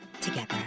together